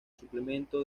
suplemento